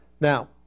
Now